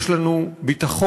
יש לנו ביטחון,